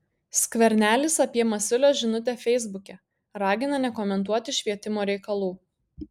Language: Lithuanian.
skvernelis apie masiulio žinutę feisbuke ragina nekomentuoti švietimo reikalų